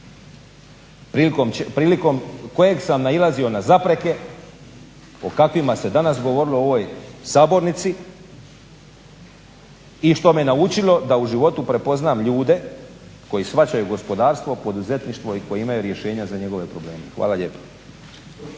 prilikom kojeg sam nailazio na zapreke o kakvima se danas govorilo u ovoj sabornici i što me naučilo da u životu prepoznam ljude koji shvaćaju gospodarstvo, poduzetništvo i koji imaju rješenja za njegove probleme. Hvala lijepo.